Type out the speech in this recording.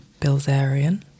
Bilzerian